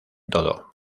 todo